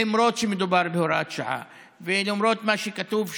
למרות שמדובר בהוראת שעה ולמרות מה שכתוב שם,